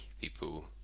people